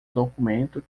documento